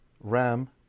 RAM